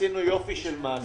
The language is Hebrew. עשינו יופי של מעשה.